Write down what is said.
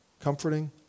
comforting